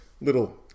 little